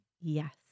Yes